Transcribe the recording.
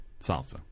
salsa